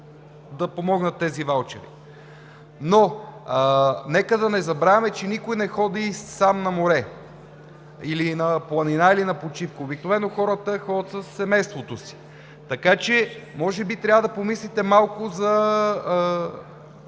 да помогнат тези ваучери. Но нека да не забравяме, че никой не ходи сам на море или на планина, или на почивка. Обикновено хората ходят със семейството си. Така че може би трябва да помислите малко за